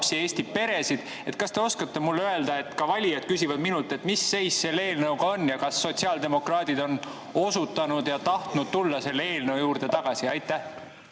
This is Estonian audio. Eesti peresid. Kas te oskate mulle öelda – valijad küsivad seda minult –, mis seis selle eelnõuga on? Kas sotsiaaldemokraadid on otsustanud ja tahtnud tulla selle eelnõu juurde tagasi? Aitäh,